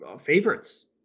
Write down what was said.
favorites